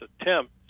attempt